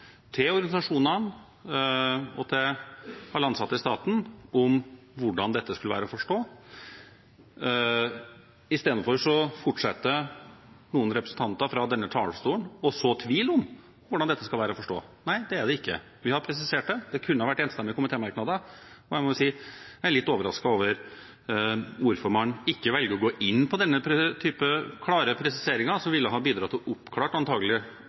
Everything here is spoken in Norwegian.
til organisasjonene og til alle ansatte i staten om hvordan dette skulle være å forstå. Isteden fortsetter noen representanter fra denne talerstolen å så tvil om hvordan dette skal være å forstå. Nei, det er ikke tvil, vi har presisert det, det kunne ha vært enstemmige komitémerknader. Jeg må si jeg er litt overrasket over hvorfor man ikke velger å gå inn på denne klare presiseringen, som ville ha bidratt til